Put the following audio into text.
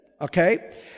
Okay